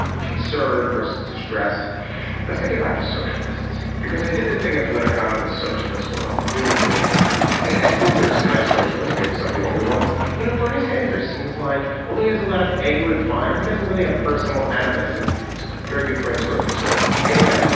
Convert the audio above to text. concern versus distress that's thinking about the socialists because i did this thing a political ad and and the socialists were all really really angry. i suppose there some nice socialists maybe some of the older ones you know bernie sanders seems like although he has a lot of anger and fire he doesn't really have personal animus is very good friends who are conservatives anyway.